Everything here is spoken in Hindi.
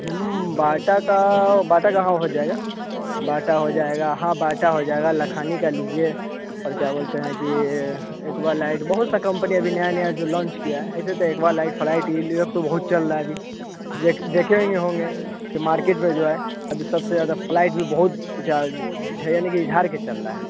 बाटा का बाटा का हाँ हो जाएगा बाटा हो जाएगा हाँ बाटा हो जाएगा लखानी का लीजिए और क्या बोलते हैं कि एकवालाइट बहुत सा कम्पनी अभी नया नया जो लॉन्च किया है ऐसे तो एकवालाइट फ्लाई ई लियोक तो बहुत चल रहा है अभी देख देखें ही होंगे मार्केट में जो हैं अभी सबसे ज़्यादा फ्लाइट भी बहुत ज्या झ यानी कि झार के चल रहा है